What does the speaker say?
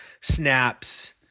snaps